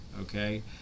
Okay